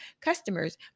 customers